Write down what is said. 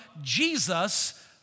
Jesus